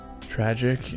tragic